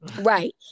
right